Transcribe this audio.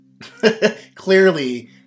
clearly